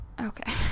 okay